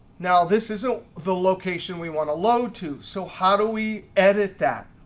now this isn't the location we want to load to. so how do we edit that?